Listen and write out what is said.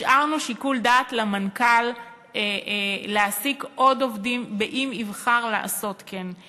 השארנו שיקול דעת למנכ"ל להעסיק עוד עובדים אם יבחר לעשות כן.